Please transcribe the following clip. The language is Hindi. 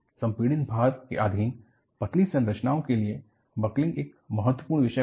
संपीड़ित भार के आधीन पतली संरचनाओं के लिए बकलिंग एक महत्वपूर्ण विषय बन गया है